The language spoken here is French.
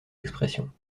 expressions